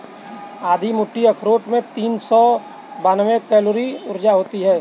आधी मुट्ठी अखरोट में तीन सौ बानवे कैलोरी ऊर्जा होती हैं